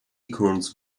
acorns